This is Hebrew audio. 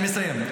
אני מסיים.